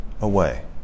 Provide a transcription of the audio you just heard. away